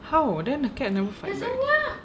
how then the cat never fight back